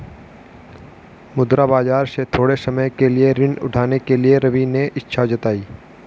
मुद्रा बाजार से थोड़े समय के लिए ऋण उठाने के लिए रवि ने इच्छा जताई